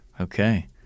Okay